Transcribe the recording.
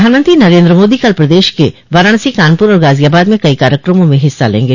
प्रधानमंत्री नरेन्द्र मोदी कल प्रदेश के वाराणसी कानपुर और गाजियाबाद में कई कार्यक्रमों में हिस्सा लेंगे